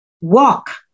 walk